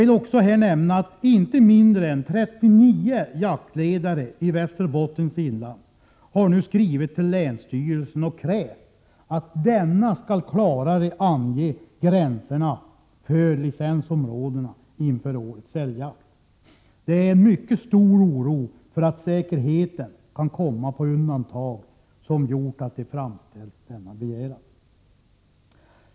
Låt mig nämna att inte mindre än 39 jaktledare i Västerbottens inland nu har skrivit till länsstyrelsen och krävt att denna skall klarare ange gränserna för licensområdena inför årets älgjakt. Det är en mycket stor oro för att säkerheten kan komma på undantag som har gjort att de har framställt denna begäran.